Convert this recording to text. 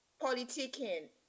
Politicking